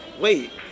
wait